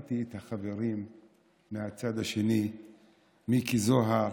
ראיתי את החברים מהצד השני, מיקי זוהר,